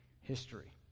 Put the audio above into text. history